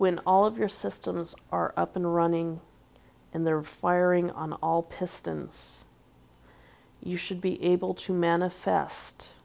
when all of your systems are up and running and they're firing on all pistons you should be able to manifest